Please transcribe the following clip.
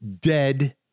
dead